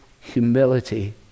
humility